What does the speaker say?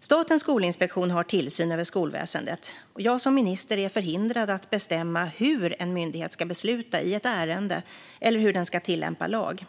Statens skolinspektion har tillsyn över skolväsendet. Jag som minister är förhindrad att bestämma hur en myndighet ska besluta i ett ärende eller hur den ska tillämpa lag.